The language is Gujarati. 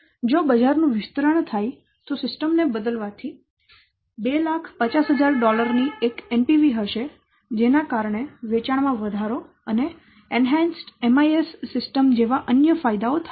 જો બજાર નું વિસ્તરણ થાય તો સિસ્ટમ ને બદલવાથી 250000 ની એક NPV હશે જેના કારણે વેચાણમાં વધારો અને એન્હાન્સડ MIS સિસ્ટમ જેવા અન્ય ફાયદાઓ થાય છે